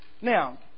Now